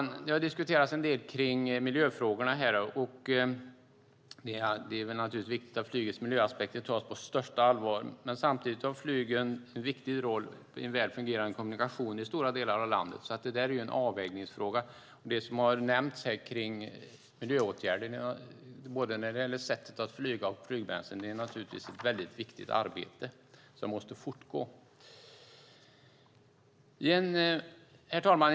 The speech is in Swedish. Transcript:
Miljöfrågorna har diskuterats en del här, och det är viktigt att flygets miljöaspekter tas på största allvar, men samtidigt har flyget en viktig roll för en väl fungerande kommunikation i stora delar av landet. Det är alltså en avvägningsfråga. Det som har nämnts här om miljöåtgärder, både när det gäller sättet att flyga och flygbränsle, är naturligtvis ett viktigt arbete som måste fortgå. Herr talman!